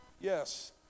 Yes